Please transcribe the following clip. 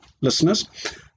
listeners